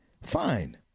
fine